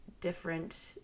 different